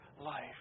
life